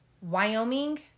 Wyoming